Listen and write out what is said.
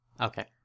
Okay